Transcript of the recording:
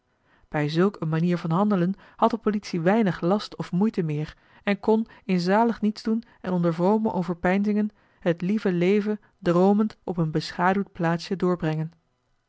bij zulk een manier van handelen had de politie weinig last of moeite meer en kon in zalig nietsdoen en onder vrome overpeinzingen het lieve leven droomend op een beschaduwd plaatsje doorbrengen